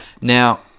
Now